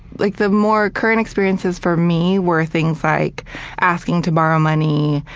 like the more current experiences for me were things like asking to borrow money,